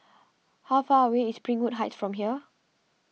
how far away is Springwood Heights from here